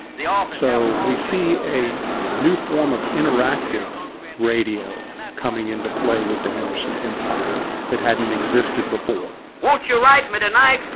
um so we see a new form of interactive radio coming into play with the henderson empire that hadn't existed before won't you write me tonight?